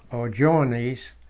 or joannice,